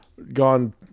Gone